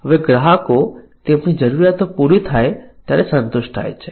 હવે ગ્રાહકો તેમની જરૂરિયાતો પૂરી થાય ત્યારે સંતુષ્ટ થાય છે